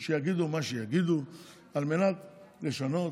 כדי שיגידו מה שיגידו על מנת לשנות.